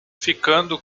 ficando